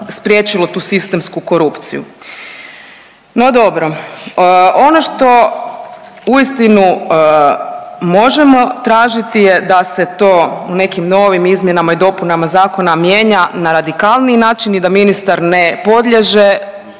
spriječilo tu sistemsku korupciju. No dobro. Ono što uistinu možemo tražiti je da se to u nekim novim izmjenama i dopunama zakona mijenja na radikalniji način i da ministar ne podliježe